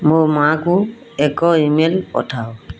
ମୋ ମାଙ୍କୁ ଏକ ଇମେଲ୍ ପଠାଅ